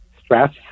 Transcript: stress